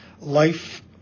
life